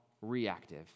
reactive